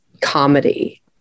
comedy